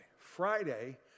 Friday